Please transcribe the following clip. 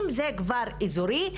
אם זה כבר אזורי,